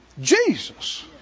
Jesus